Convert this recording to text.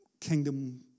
kingdom